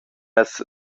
els